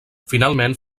finalment